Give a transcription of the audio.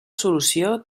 solució